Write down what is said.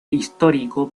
histórico